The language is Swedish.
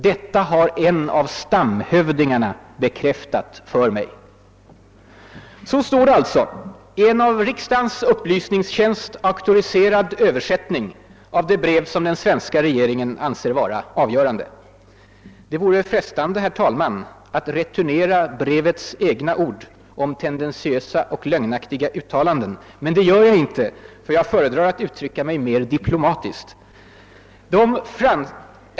Detta har en av stamhövdingarna bekräftat för mig.> Så står det alltså i en av riksdagens upplysningstjänst auktoriserad översättning av det brev som den svenska regeringen anser vara avgörande. Det vore frestande att returnera brevets egna ord om »tendentiösa och lögnaktiga uttalanden«. Men det gör jag inte, herr talman, jag föredrar att uttrycka mig mer diplomatiskt.